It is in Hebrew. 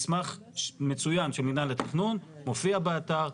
מסמך מצוין של מינהל התכנון, מופיע באתר.